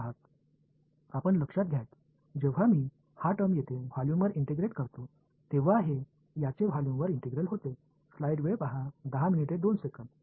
மாணவர் அதற்கு துணை இருப்பதை நீங்கள் பார்க்கலாம் நான் அடுத்ததாக பெற இருப்பதை நீங்கள் பெறுகிறீர்கள் இந்த வெளிப்பாட்டை நான் இங்கு கொள்ளளவுக்கு மேல் ஒருங்கிணைக்கும்போது இது இந்த கொள்ளளவு ஒருங்கிணைந்ததாக இருப்பதை நீங்கள் கவனிக்கிறீர்கள்